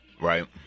right